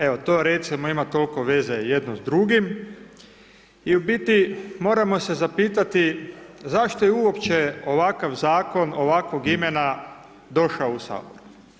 Evo, to, recimo, ima toliko veze jedno s drugim i u biti moramo se zapitati zašto je uopće ovakav Zakon, ovakvog imena, došao u HS.